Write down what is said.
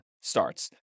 starts